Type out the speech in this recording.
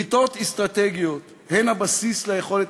בריתות אסטרטגיות הן הבסיס ליכולת